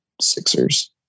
Sixers